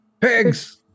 Pigs